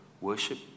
worship